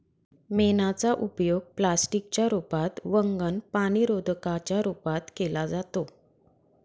मेणाचा उपयोग प्लास्टिक च्या रूपात, वंगण, पाणीरोधका च्या रूपात केला जातो